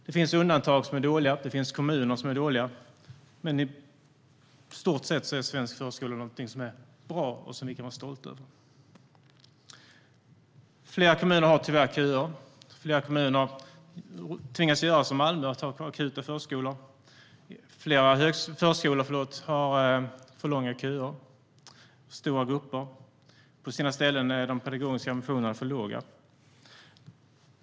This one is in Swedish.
Det finns undantag som är dåliga, och det finns kommuner som är dåliga. Men i stort sett är svensk förskola någonting som är bra och som vi kan vara stolta över. Flera kommuner har tyvärr köer. Flera kommuner tvingas göra som Malmö och starta akuta förskolor. Flera förskolor har långa köer och för stora grupper. På sina ställen är de pedagogiska ambitionerna för låga.